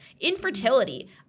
Infertility